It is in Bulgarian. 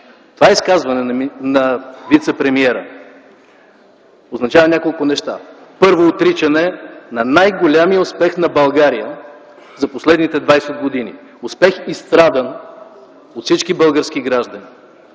Това изказване на вицепремиера означава няколко неща. Първо, отричане на най-големия успех на България за последните двадесет години – успех, изстрадан от всички български граждани,